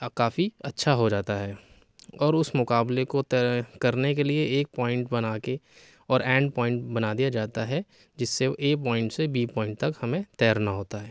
کافی اچھا ہو جاتا ہے اور اس مقابلے کو طے کرنے کے لیے ایک پوائنٹ بنا کے اور اینڈ پوائنٹ بنا دیا جاتا ہے جس سے اے پوائنٹ سے بی پوائنٹ تک ہمیں تیرنا ہوتا ہے